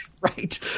Right